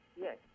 Yes